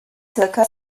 zirka